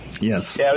Yes